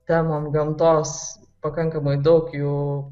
temom gamtos pakankamai daug jų